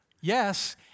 Yes